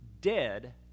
dead